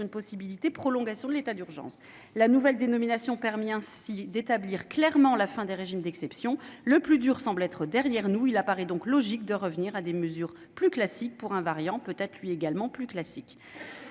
une possible prolongation de l'état d'urgence. La nouvelle dénomination permet ainsi d'établir clairement la fin des régimes d'exception. Le plus dur semblant être derrière nous, il paraît logique de revenir à des procédures plus classiques pour un virus lui-même plus classique.